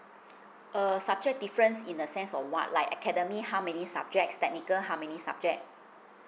err subject difference in the sense of what like academy how many subjects technical how many subject